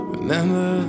Remember